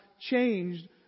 changed